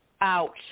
out